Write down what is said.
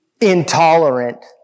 intolerant